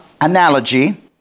analogy